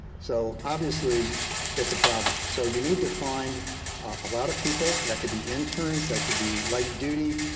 so obviously it's a problem. so you need to find a lot of people and that could be interns, that could be light duty,